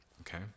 okay